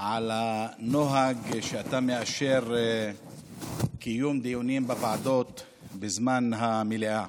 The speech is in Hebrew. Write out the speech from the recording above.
על הנוהג שאתה מאשר קיום דיונים בוועדות בזמן המליאה.